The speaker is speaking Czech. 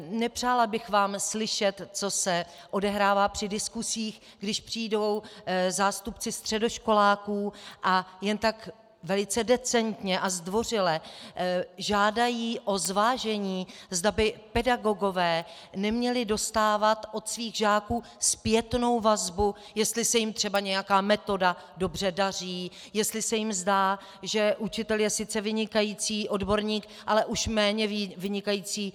Nepřála bych vám slyšet, co se odehrává při diskusích, když přijdou zástupci středoškoláků a jen tak velice decentně a zdvořile žádají o zvážení, zda by pedagogové neměli dostávat od svých žáků zpětnou vazbu, jestli se jim třeba nějaká metoda dobře daří, jestli se jim zdá, že učitel je sice vynikající odborník, ale už méně vynikající psycholog atd.